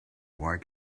why